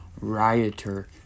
rioter